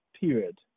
period